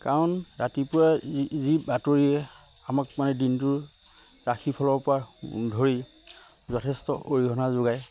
কাৰণ ৰাতিপুৱা যি বাতৰিয়ে আমাক মানে দিনটোৰ ৰাশিফলৰ পৰা ধৰি যথেষ্ট অৰিহণা যোগায়